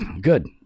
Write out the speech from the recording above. good